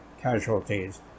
casualties